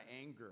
anger